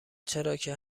چراکه